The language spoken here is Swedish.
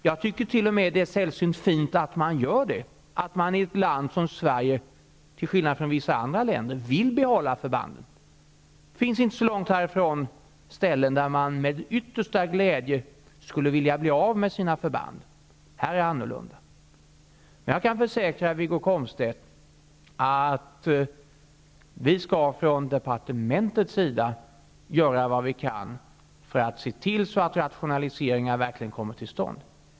Jag tycker t.o.m. att det är sällsynt fint att man gör det, att man i ett land som Sverige, till skillnad från i vissa andra länder, vill behålla förbanden. Det finns inte så långt härifrån ställen där man med största glädje skulle vilja bli av med sina förband. Här är det annorlunda. Jag kan försäkra Wiggo Komstedt att vi från departementets sida skall göra vad vi kan för att se till att rationaliseringar verkligen kommer till stånd.